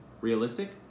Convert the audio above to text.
Realistic